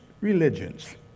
religions